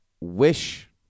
wish